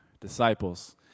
disciples